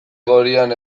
gorian